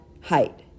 height